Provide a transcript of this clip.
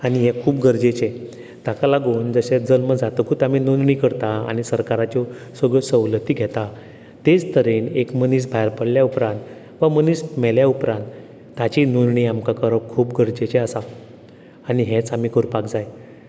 आनी हें खूब गरजेचें ताका लागून जशें जल्म जातकूच आमी नोंदणी करता आनी सरकाराच्यो सगल्यो सवलती घेता तेच तरेन एक मनीस भायर पडल्या उपरांत तो मनीस मेल्या उपरांत ताची नोंदणी आमकां करप खूब गरजेचें आसा आनी हेंच आमी करपाक जाय